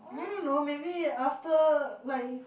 I don't know maybe after like